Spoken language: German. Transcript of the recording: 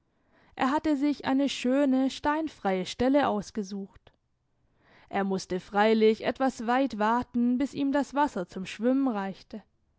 er hatte sich eine schöne steinfreie stelle ausgesucht er musste freilich etwas weit waten bis ihm das wasser zum schwimmen reichte